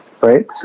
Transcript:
right